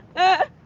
that